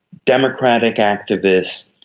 democratic activists,